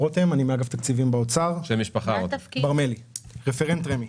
רותם ברמלי, אני מאגף תקציבים באוצר, רפרנט רמ"י,